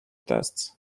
tests